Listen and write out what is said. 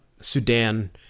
sudan